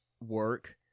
work